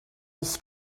els